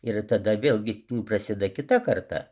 ir tada vėlgi prasida kita karta